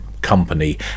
Company